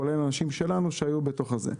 כולל אנשים שלנו שהיו בתוך זה.